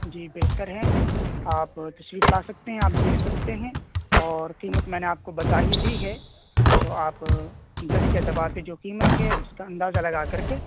جی بہتر ہے آپ تشریف لا سکتے ہیں آپ دیکھ سکتے ہیں اور قیمت میں نے آپ کو بتا ہی دی ہے تو آپ گز کے اعتبار سے جو قیمت ہے اس کا اندازہ لگا کر کے